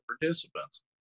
participants